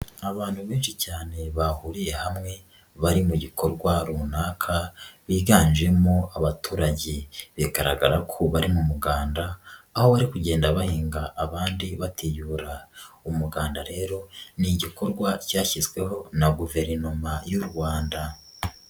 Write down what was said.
Abantu benshi cyane bahuriye hamwe bari mu gikorwa runaka, biganjemo abaturage bigaragara ko bari mu muganda, aho bari kugenda bahinga abandi bateyura, umuganda rero ni igikorwa cyashyizweho na Guverinoma y'u Rwanda.